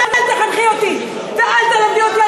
אז אל תחנכי אותי ואל תלמדי אותי על